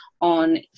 on